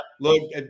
look